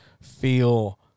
feel